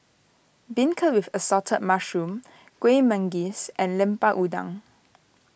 Beancurd with Assorted Mushrooms Kueh Manggis and Lemper Udang